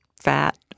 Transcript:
fat